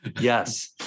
Yes